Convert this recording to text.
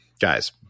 guys